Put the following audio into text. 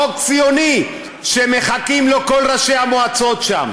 חוק ציוני, שמחכים לו כל ראשי המועצות שם.